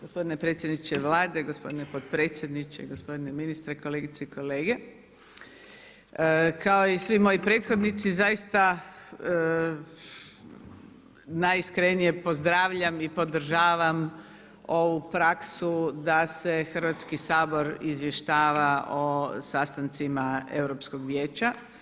Gospodine predsjedniče Vlade, gospodine potpredsjedniče, gospodine ministre, kolegice i kolege kao i svi moji prethodnici zaista najiskrenije pozdravljam i podržavam ovu praksu da se Hrvatski sabor izvještava o sastancima Europskog vijeća.